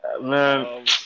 Man